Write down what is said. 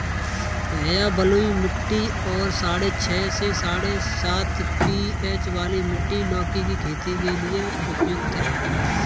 भैया बलुई मिट्टी और साढ़े छह से साढ़े सात पी.एच वाली मिट्टी लौकी की खेती के लिए उपयुक्त है